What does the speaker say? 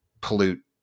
pollute